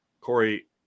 Corey